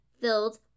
filled